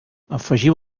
afegiu